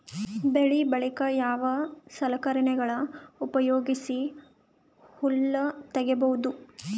ಬೆಳಿ ಬಳಿಕ ಯಾವ ಸಲಕರಣೆಗಳ ಉಪಯೋಗಿಸಿ ಹುಲ್ಲ ತಗಿಬಹುದು?